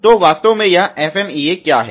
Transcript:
तो वास्तव में यह FMEA क्या है